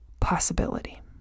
possibility